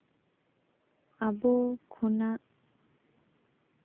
ᱟᱵᱚ ᱠᱷᱚᱱᱟᱜ